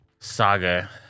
Saga